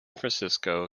francisco